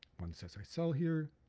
one says i sell here,